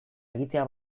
egitea